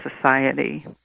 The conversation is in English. society